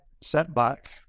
setback